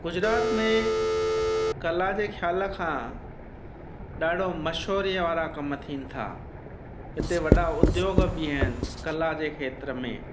गुजरात में कला जे खयालु खां ॾाढो मशहूरी वारा कम थियनि था हिते वॾा उद्योग बि आहिनि कला जे खेत्र में